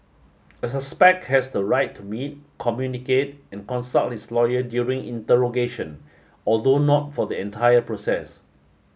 a suspect has the right to meet communicate and consult his lawyer during interrogation although not for the entire process